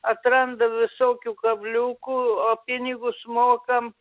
atranda visokių kabliukų o pinigus mokam